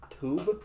tube